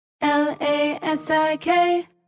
L-A-S-I-K